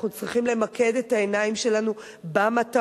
אנחנו צריכים למקד את העיניים שלנו במטרה,